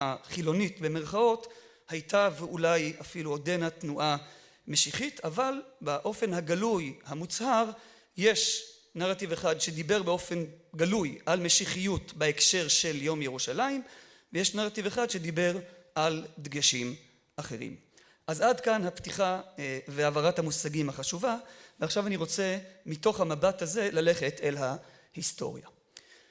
החילונית במרכאות, הייתה ואולי אפילו עודנה תנועה משיחית, אבל באופן הגלוי המוצהר, יש נרטיב אחד שדיבר באופן גלוי על משיחיות בהקשר של יום ירושלים, ויש נרטיב אחד שדיבר על דגשים אחרים. אז עד כאן הפתיחה והבהרת המושגים החשובה, ועכשיו אני רוצה מתוך המבט הזה ללכת אל ההיסטוריה.